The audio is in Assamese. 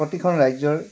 প্ৰতিখন ৰাজ্যৰ